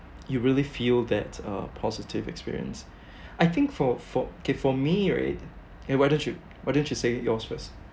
you really feel that uh positive experience I think for for K for me right eh why don't you why don't you say yours first